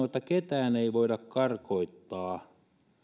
että ketään ei voida karkottaa